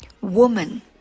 Woman